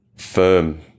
firm